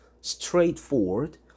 straightforward